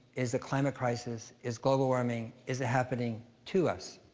is a climate crisis, is global warming, is it happening to us.